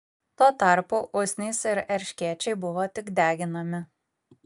tuo tarpu usnys ir erškėčiai buvo tik deginami